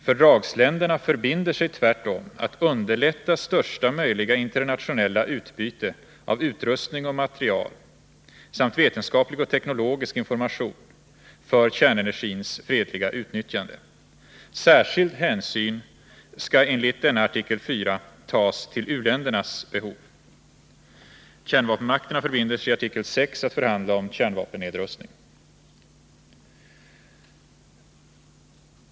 Fördragsländerna förbinder sig tvärtom att underlätta största möjliga internationella utbyte av utrustning och materiel samt vetenskaplig och teknologisk information för kärnenergins fredliga utnyttjande. I detta avseende skall, enligt artikel 4, särskild hänsyn tas till u-ländernas behov. Kärnvapenmakterna förbinder sig i artikel 6 att förhandla om kärnvapennedrustning.